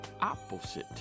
opposite